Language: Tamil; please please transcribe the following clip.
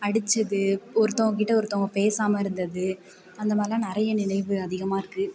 அடித்தது ஒருத்தவங்க கிட்டே ஒருத்தவங்க பேசாமல் இருந்தது அந்த மாதிரிலாம் நிறைய நினைவு அதிகமாக இருக்குது